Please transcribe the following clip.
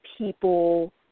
people